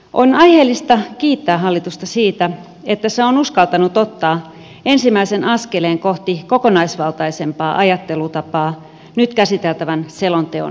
on aiheellista kiittää hallitusta siitä että se on uskaltanut ottaa ensimmäisen askeleen kohti kokonaisvaltaisempaa ajattelutapaa nyt käsiteltävän selonteon yhteydessä